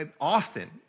often